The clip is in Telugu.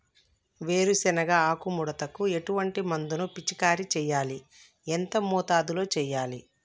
వేరుశెనగ ఆకు ముడతకు ఎటువంటి మందును పిచికారీ చెయ్యాలి? ఎంత మోతాదులో చెయ్యాలి?